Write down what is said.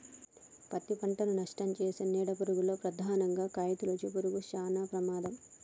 పత్తి పంటను నష్టంచేసే నీడ పురుగుల్లో ప్రధానంగా కాయతొలుచు పురుగులు శానా ప్రమాదం